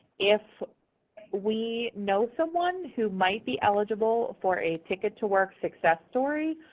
if we know someone who might be eligible for a ticket to work success story,